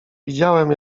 widziałem